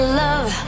love